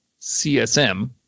CSM